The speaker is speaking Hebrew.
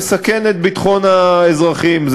נקבע כי בכל הנוגע לסמכות הטלת הקנסות האזרחיים והעיצומים